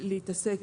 לשלם.